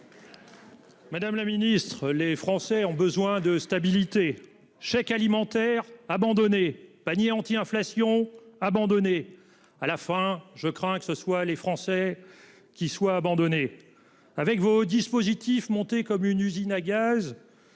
Madame la Ministre, les Français ont besoin de stabilité, chèque alimentaire abandonner panier anti-inflation abandonné à la fin, je crains que ce soient les Français qui soit abandonnées avec vos dispositif. Monter comme une usine à gaz.